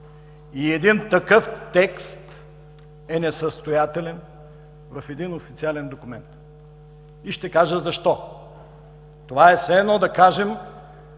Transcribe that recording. Един такъв текст е несъстоятелен в официален документ и ще кажа защо. Това е все едно да кажем,